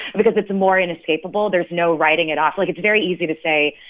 because it's more inescapable. there's no writing it off. like, it's very easy to say,